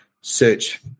search